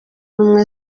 ubumwe